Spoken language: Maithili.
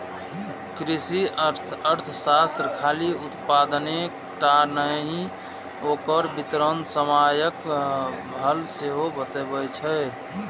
कृषि अर्थशास्त्र खाली उत्पादने टा नहि, ओकर वितरण समस्याक हल सेहो बतबै छै